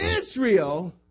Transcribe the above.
Israel